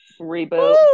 Reboot